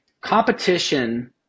competition